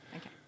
Okay